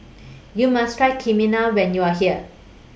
YOU must Try Kheema when YOU Are here